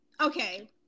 okay